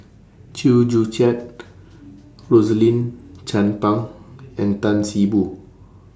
Chew Joo Chiat Rosaline Chan Pang and Tan See Boo